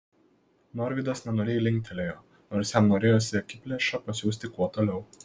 norvydas nenoriai linktelėjo nors jam norėjosi akiplėšą pasiųsti kuo toliau